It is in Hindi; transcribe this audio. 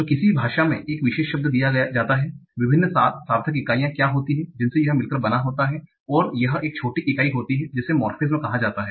तो किसी भाषा में एक विशेष शब्द दिया जाता है विभिन्न सार्थक इकाइयाँ क्या होती हैं जिनसे यह मिलकर बना होता हैं और यह एक छोटी इकाई होती है जिसे मोर्फेमेज़ कहा जाता है